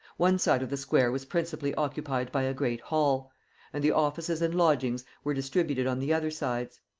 one side of the square was principally occupied by a great hall and the offices and lodgings were distributed on the other sides.